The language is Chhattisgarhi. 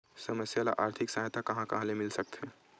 समस्या ल आर्थिक सहायता कहां कहा ले मिल सकथे?